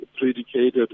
predicated